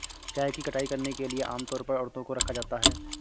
चाय की कटाई करने के लिए आम तौर पर औरतों को रखा जाता है